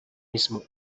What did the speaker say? mismo